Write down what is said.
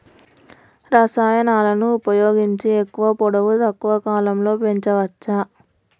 రసాయనాలను ఉపయోగించి ఎక్కువ పొడవు తక్కువ కాలంలో పెంచవచ్చా?